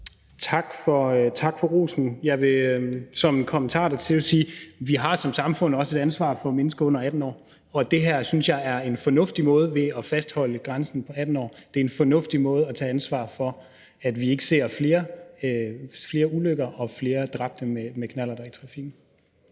Tak for rosen. Jeg vil som kommentar dertil sige, at vi som samfund også har et ansvar for mennesker under 18 år, og jeg synes, at det at fastholde grænsen på 18 år er en fornuftig måde at tage ansvar for, at vi ikke ser flere ulykker og flere dræbte i forbindelse